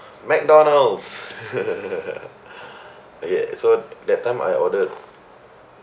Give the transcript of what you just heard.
McDonald's okay so that time I ordered